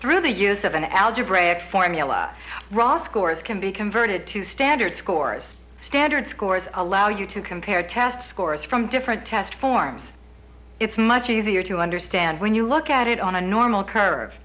through the use of an algebraic formula raw scores can be converted to standard scores standard scores allow you to compare test scores from different test forms it's much easier to understand when you look at it on a normal curve